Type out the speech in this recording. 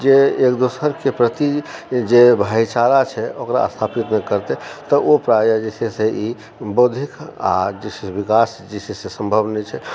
जे एकदोसर के प्रति जे भाइचारा छै ओकरा स्थापित नहि करतै तऽ ओ प्रायः जे छै से ई बौद्धिक आ जे छै से विकास जे छै से सम्भव नहि छै